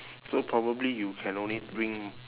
so probably you can only bring